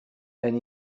and